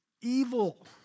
evil